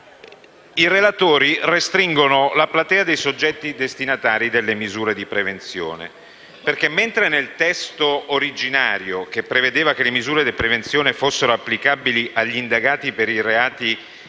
i relatori restringono la platea dei soggetti destinatari delle misure di prevenzione. Infatti, mentre il testo originario prevedeva che le misure di prevenzione fossero applicabili ai soggetti indiziati